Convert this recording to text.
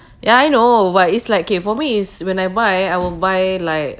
ya I know but it's like okay for me is when I buy I will buy like